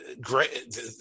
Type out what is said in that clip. great